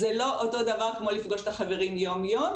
זה לא אותו דבר כמו לפגוש את החברים יום-יום,